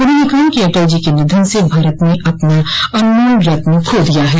उन्होंने कहा कि अटल जी के निधन से भारत ने अपना अनमोल रत्न खो दिया है